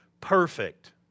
perfect